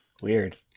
weird